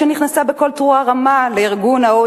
שנכנסה בקול תרועה רמה ל-OECD,